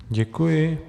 Děkuji.